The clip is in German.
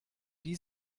die